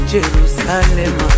Jerusalem